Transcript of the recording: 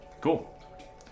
Cool